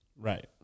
Right